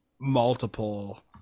multiple